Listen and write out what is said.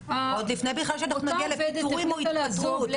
עוד לפני בכלל שזה מגיע לפיטורים או התפטרות.